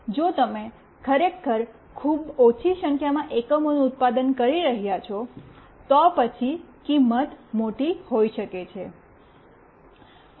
જો તમે ખરેખર ખૂબ ઓછી સંખ્યામાં એકમોનું ઉત્પાદન કરી રહ્યાં છો તો પછી કિંમત મોટી હોઈ શકે છે